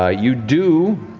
ah you do,